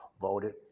voted